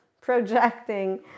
projecting